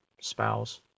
spouse